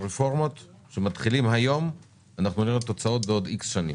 שהרפורמות שמתחילות היום אנחנו נראה תוצאות בעוד X שנים.